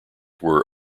were